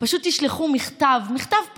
פשוט תשלחו מכתב, מכתב פשוט,